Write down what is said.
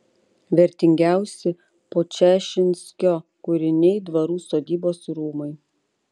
vertingiausi podčašinskio kūriniai dvarų sodybos ir rūmai